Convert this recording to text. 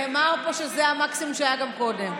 נאמר פה שזה המקסימום שגם היה קודם.